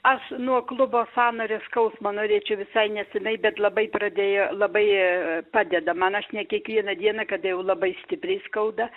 aš nuo klubo sąnario skausmo norėčiau visai neseniai bet labai pradėjo labai padedama man aš ne kiekvieną dieną kada jau labai stipriai skauda